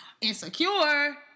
insecure